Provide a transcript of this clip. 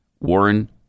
Warren